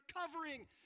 covering